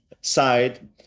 side